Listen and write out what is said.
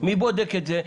מי בודק את זה?